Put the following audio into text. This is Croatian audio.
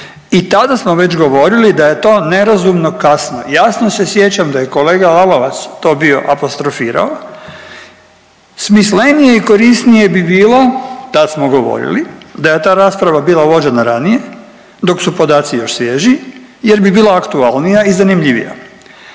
i tada smo već govorili da je to nerazumno kasno. Jasno se sjećam da je kolega Lalovac to bio apostrofirao, smislenije i korisnije bi bilo da smo govorili da je ta rasprava bila vođena ranije dok su podaci još svježi jer bi bila aktualnija i zanimljivija.